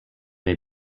may